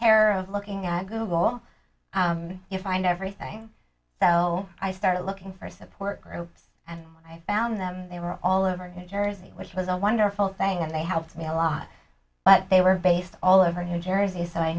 of looking at google you find everything so i started looking for support groups and i found them they were all over new jersey which was a wonderful thing and they helped me a lot but they were based all over new jersey so i